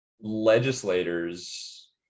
legislators